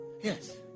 Yes